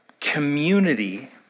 community